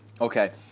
Okay